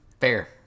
Fair